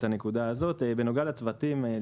בנוגע לצוותים,